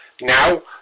Now